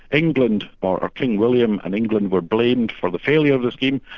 england, or king william and england were blamed for the failure of the scheme.